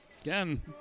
Again